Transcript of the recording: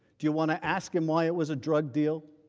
do you want to ask him why it was a drug deal?